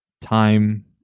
time